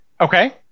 Okay